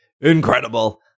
incredible